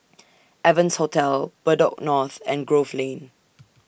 Evans Hotel Bedok North and Grove Lane